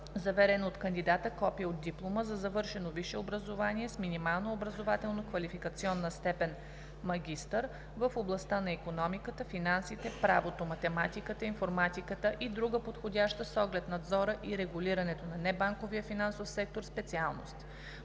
заверено от кандидата копие от диплома за завършено висше образование с минимална образователно-квалификационна степен „магистър“ в областта на икономиката, финансите, правото, математиката, информатиката и друга подходяща с оглед надзора и регулирането на небанковия финансов сектор специалност;